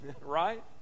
right